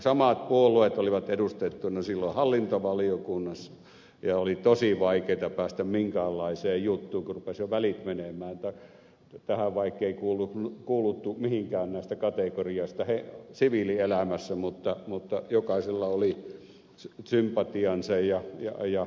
samat puolueet olivat edustettuina silloin hallintovaliokunnassa ja oli tosi vaikeata päästä minkäänlaiseen juttuun kun rupesivat jo välit menemään vaikkei kuuluttu mihinkään näistä kategorioista siviilielämässä mutta jokaisella oli sympatiansa ja taustajoukkonsa